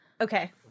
Okay